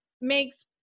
makes